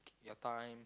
you time